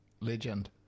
legend